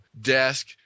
desk